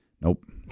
Nope